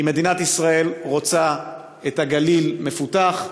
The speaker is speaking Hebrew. אם מדינת ישראל רוצה את הגליל מפותח,